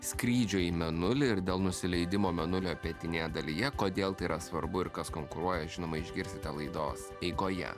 skrydžio į mėnulį ir dėl nusileidimo mėnulio pietinėje dalyje kodėl tai yra svarbu ir kas konkuruoja žinoma išgirsite laidos eigoje